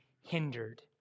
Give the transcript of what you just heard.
hindered